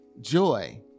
joy